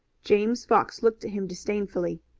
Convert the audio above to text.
james fox looked at him disdainfully,